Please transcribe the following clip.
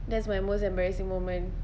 that's my most embarrassing moment